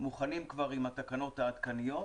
מוכנים כבר עם התקנות העדכניות,